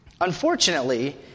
Unfortunately